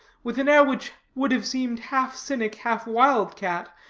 with an air which would have seemed half cynic, half wild-cat,